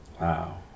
Wow